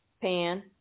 pan